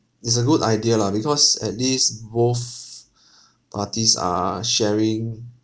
it's a good idea lah because at least both parties are sharing